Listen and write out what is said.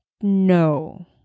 no